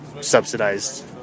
subsidized